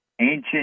Ancient